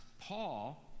Paul